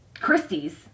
Christie's